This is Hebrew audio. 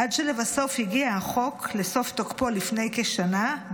עד שלבסוף הגיע החוק לסוף תוקפו לפני כשנה,